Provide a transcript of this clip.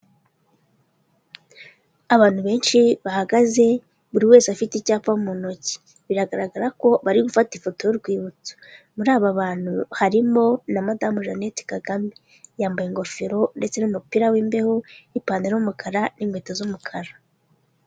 Abantu benshi bahagaze buri wese afite icyapa mu ntoki, biragaragara ko bari gufata ifoto y'urwibutso, muri aba bantu harimo na Madamu Jeannette Kagame, yambaye ingofero ndetse n'umupira w'imbeho n'ipantaro y'umukara n'inkweto z'umukara.